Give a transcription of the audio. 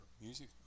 music